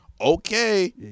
okay